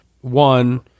One